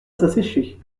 s’assécher